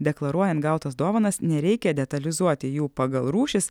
deklaruojant gautas dovanas nereikia detalizuoti jų pagal rūšis